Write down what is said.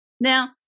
Now